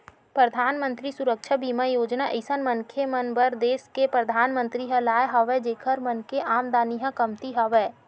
परधानमंतरी सुरक्छा बीमा योजना अइसन मनखे मन बर देस के परधानमंतरी ह लाय हवय जेखर मन के आमदानी ह कमती हवय